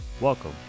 welcome